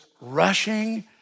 rushing